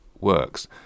works